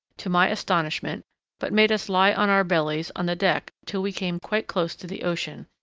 to my astonishment but made us lie on our bellies on the deck till we came quite close to the ocean,